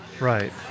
right